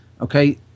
okay